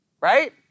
right